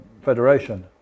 federation